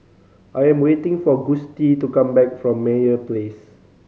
I'm waiting for Gustie to come back from Meyer Place